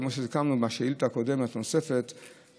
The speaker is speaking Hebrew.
כמו שסיכמנו בשאילתה הקודמת הנוספת,